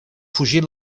fugir